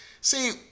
See